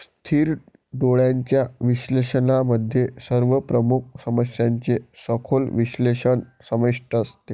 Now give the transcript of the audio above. स्थिर डोळ्यांच्या विश्लेषणामध्ये सर्व प्रमुख समस्यांचे सखोल विश्लेषण समाविष्ट असते